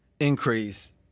increase